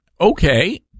Okay